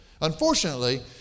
Unfortunately